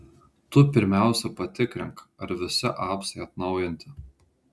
tu pirmiausia patikrink ar visi apsai atnaujinti